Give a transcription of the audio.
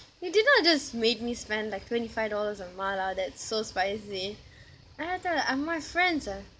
you did not just made me spend like twenty five dollars on mala that's so spicy I have to tell you uh my friends ah